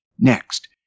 Next